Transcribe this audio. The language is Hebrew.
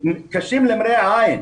קשים למראה עין.